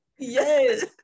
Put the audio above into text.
Yes